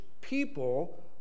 people